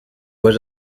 was